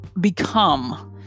become